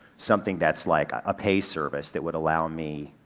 something that's like a pay service that would allow me